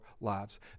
lives